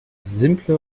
simple